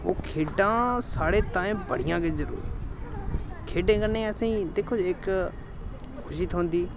ओह् खेढां साढ़े ताईं बड़ियां गै जरूरी खेढें कन्नै असें गी दिक्खो इक खुशी थ्होंदी